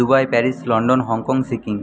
Dubai Paris London Hong Kong Sikkim